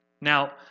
Now